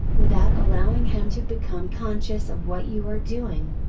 without allowing him to become conscious of what you are doing.